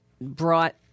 brought